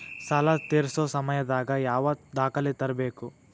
ಸಾಲಾ ತೇರ್ಸೋ ಸಮಯದಾಗ ಯಾವ ದಾಖಲೆ ತರ್ಬೇಕು?